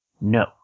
No